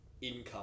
income